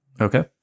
Okay